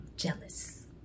jealous